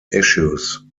issues